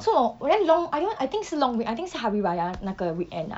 so 我 and then long I remember I think 是 long week I think 是 hari raya 那个 weekend ah